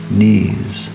knees